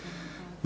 Hvala.